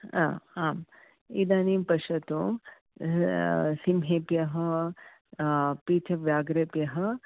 आम् इदानीं पश्यतु सिंहेभ्यः पितव्याघ्रभ्यः